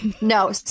No